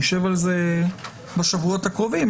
אנחנו נשב על זה בשבועות הקרובים,